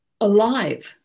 alive